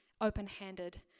open-handed